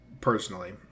personally